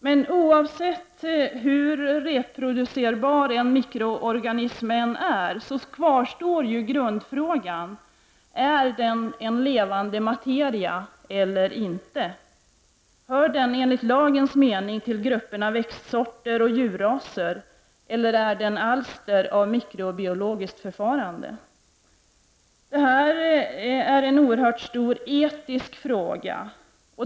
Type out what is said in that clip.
Men oavsett hur reproducerbar en mikroorganism än är, kvarstår grundfrågan om den är en levande materia eller inte. Hör den enligt lagens mening till grupperna växtsorter och djurraser, eller är den alster av mikrobiologiskt förfarande? Detta är en oerhört stor etisk fråga.